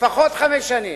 לפחות חמש שנים.